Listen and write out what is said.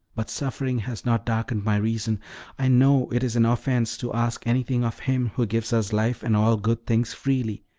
but suffering has not darkened my reason i know it is an offense to ask anything of him who gives us life and all good things freely,